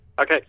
Okay